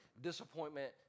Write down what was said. disappointment